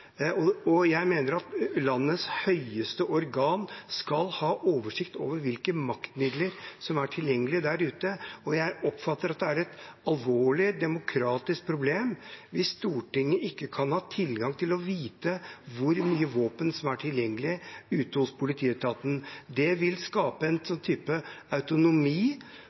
Jeg mener at landets høyeste organ skal ha oversikt over hvilke maktmidler som er tilgjengelige der ute. Jeg oppfatter at det er et alvorlig demokratisk problem hvis Stortinget ikke kan ha tilgang til å vite hvor mye våpen som er tilgjengelig ute hos politietaten. Det vil skape en type autonomi